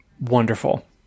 Wonderful